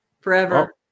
forever